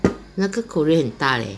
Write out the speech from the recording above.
那个 korea 很大 leh